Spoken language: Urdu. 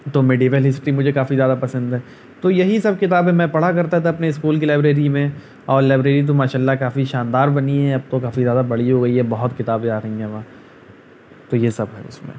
تو میڈول ہسٹری مجھے کافی زیادہ پسند ہے تو یہی سب کتابیں میں پڑھا کرتا تھا اپنے اسکول کی لائبریری میں اور لائبریری تو ماشاء اللہ کافی شاندار بنی ہے اب تو کافی زیادہ بڑی ہو گئی ہے بہت کتابیں آ رہی ہیں وہاں تو یہ سب ہیں اس میں